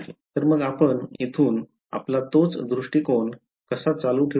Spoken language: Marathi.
तर मग आपण येथून आपला तोच दृष्टिकोन कसा चालू ठेऊ शकतो